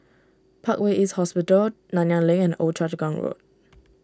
Parkway East Hospital Nanyang Link and Old Choa Chu Kang Road